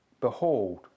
Behold